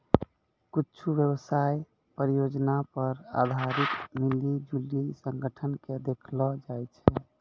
कुच्छु व्यवसाय परियोजना पर आधारित मिली जुली संगठन के देखैलो जाय छै